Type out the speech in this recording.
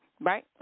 right